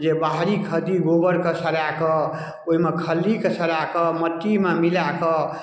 जे बाहरी खली गोबरके सड़ाकऽ ओइमे खलीके सड़ाकऽ मट्टीमे मिलाकऽ